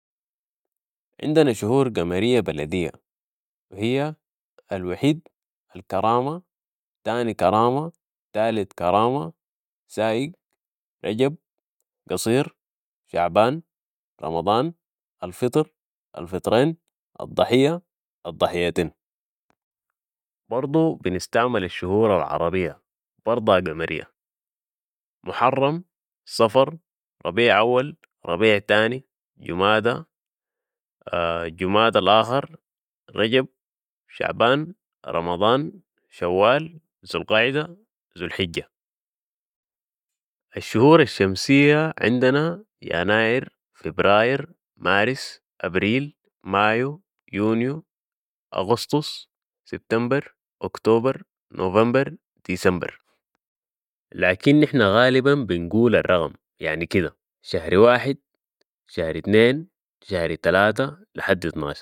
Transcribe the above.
عندنا شهور قمرية بلدية و هي الوحيد، الكرامة، تاني الكرامة، تالت الكرامة، سايق، رجب، قصير، شعبان، رمضان، الفطر، الفطرين، الضحية، الضحيتيين. برضو بنستعمل الشهور العربية، برضها قمرية، محرم، صفر، ربيع اول، ربيع تاني، جمادة، جمادة الاخر، رجب، شعبان، رمضان، شوال، ذو القعدة، ذو الحجة. الشهور الشمسية عندنا يناير، فبراير، مارس، ابريل، مايو، يونيو، اغسطس، سبتمبر، أكتوبر، نوفمبر، ديسمبر. لكن نحن غالبا بنقول الرقم يعني كدة، شهر واحد، شهر اتنين، شهر تلاتة، لحدي اطناشر.